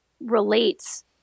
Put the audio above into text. relates